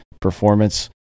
performance